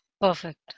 Perfect